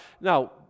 Now